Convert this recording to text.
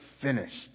finished